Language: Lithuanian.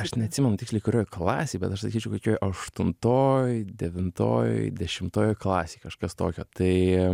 aš neatsimenu tiksliai kurioj klasėj bet aš sakyčiau kokioj aštuntoj devintoj dešimtoje klasėj kažkas tokio tai